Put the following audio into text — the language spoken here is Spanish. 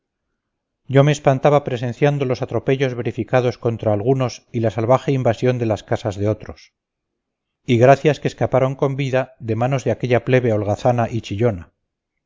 yo me espantaba presenciando los atropellos verificados contra algunos y la salvaje invasión de las casas de otros y gracias que escaparon con vida de manos de aquella plebe holgazana y chillona